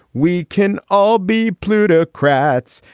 we can all be plutocrats.